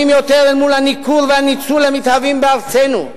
ביותר אל מול הניכור והניצול המתהווים בארצנו.